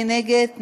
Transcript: מי נגד?